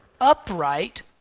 upright